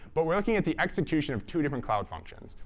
but we're looking at the execution of two different cloud functions.